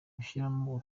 gushyiramo